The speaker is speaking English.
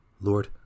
Lord